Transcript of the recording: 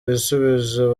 ibisubizo